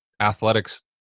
athletics